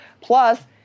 Plus